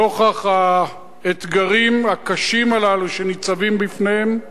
נוכח האתגרים הקשים הללו, שניצבים בפניהם,